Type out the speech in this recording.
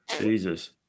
Jesus